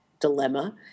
dilemma